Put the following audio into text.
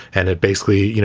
and it basically, you know,